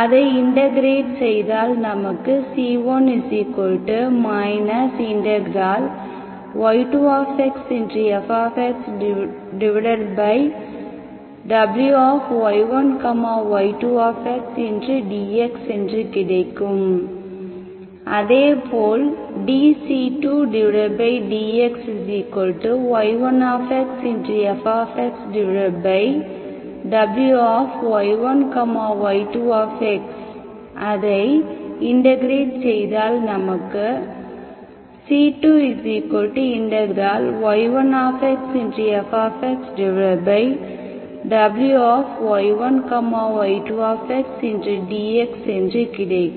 அதை இன்டெகிரெட் செய்தால் நமக்கு c1 y2 f W y1 y2 dx என்று கிடைக்கும் அதேபோல் dc2dxy1fWy1 y2அதை இன்டெகிரெட் செய்தால் நமக்கு c2y1fWy1 y 2dx என்று கிடைக்கும்